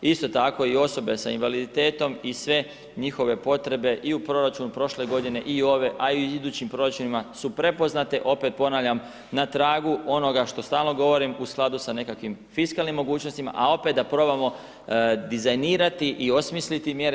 Isto tako i osobe sa invaliditetom i sve njihove potrebe i u proračunu od prošle godine i ove a i u idućim proračunima su prepoznate, opet ponavljam, na tragu onoga što stalno govorim u skladu sa nekakvim fiskalnim mogućnostima a opet da probamo dizajnirati i osmisliti mjere.